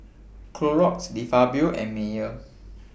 Clorox De Fabio and Mayer